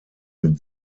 mit